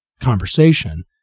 conversation